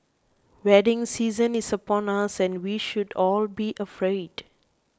wedding season is upon us and we should all be afraid